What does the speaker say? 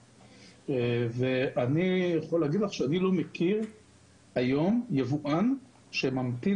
אני יכול לומר לך שאני לא מכיר היום יבואן שממתין